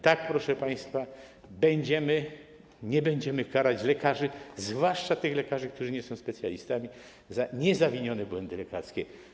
Tak, proszę państwa, nie będziemy karać lekarzy, zwłaszcza tych lekarzy, którzy nie są specjalistami, za niezawinione błędy lekarskie.